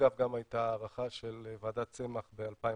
אגב, גם הייתה ההערכה של ועדת צמח ב-2012,